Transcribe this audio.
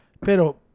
Pero